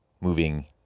moving